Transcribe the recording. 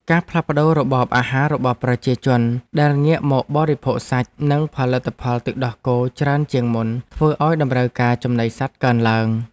ការផ្លាស់ប្តូររបបអាហាររបស់ប្រជាជនដែលងាកមកបរិភោគសាច់ និងផលិតផលទឹកដោះគោច្រើនជាងមុនធ្វើឱ្យតម្រូវការចំណីសត្វកើនឡើង។